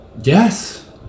Yes